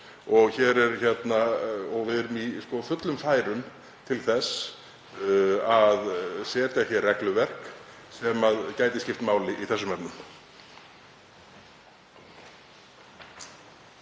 og við erum í fullum færum til þess að setja hér regluverk sem gæti skipt máli í þessum efnum.